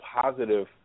positive